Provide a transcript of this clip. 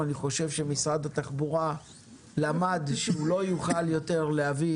ואני חושב שמשרד התחבורה למד שהוא לא יוכל יותר להביא